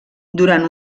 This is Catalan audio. durant